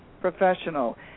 professional